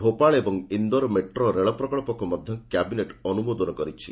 ଭୋପାଳ ଏବଂ ଇନ୍ଦୋର ମେଟ୍ରୋ ରେଳପ୍ରକଞ୍ଚକୁ ମଧ୍ୟ କ୍ୟାବିନେଟ୍ ଅନୁମୋଦନ କରିଛି